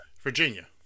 Virginia